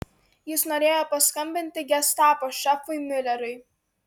jis norėjo paskambinti gestapo šefui miuleriui